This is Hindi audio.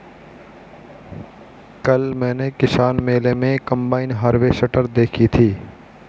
कल मैंने किसान मेले में कम्बाइन हार्वेसटर देखी थी